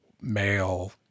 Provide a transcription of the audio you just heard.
male